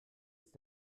ist